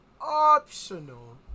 optional